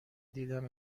دیدم